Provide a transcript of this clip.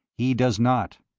he does not.